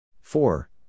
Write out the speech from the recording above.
four